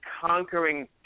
conquering